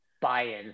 buy-in